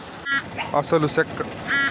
అసలు సెక్క లోపల తెల్లరంగులో ఉంటది